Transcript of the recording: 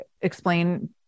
Explain